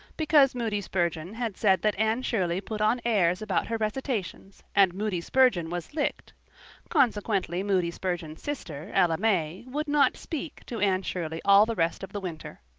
because moody spurgeon had said that anne shirley put on airs about her recitations, and moody spurgeon was licked consequently moody spurgeon's sister, ella may, would not speak to anne shirley all the rest of the winter.